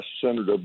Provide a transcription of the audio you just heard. Senator